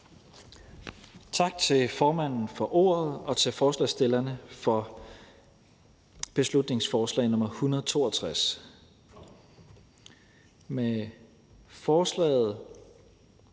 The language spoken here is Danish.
Tak til formanden for ordet, og tak til forslagsstillerne for beslutningsforslag nr. 162.